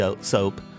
soap